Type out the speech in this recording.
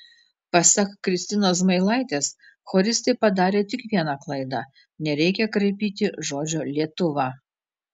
pasak kristinos zmailaitės choristai padarė tik vieną klaidą nereikia kraipyti žodžio lietuva